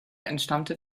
entstammte